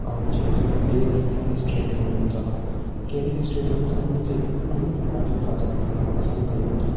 ऐं जंहिं हिसाब सां ॿिए कंहिं स्टेट में वञूं था कहिड़े बि स्टेट में वञूं था हुन जे हुन प्रकार जो खाधो खाइण पाण पसंदि कयूं था